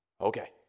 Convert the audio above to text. Okay